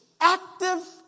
active